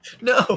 No